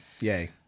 yay